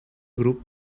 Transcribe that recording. grup